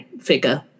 figure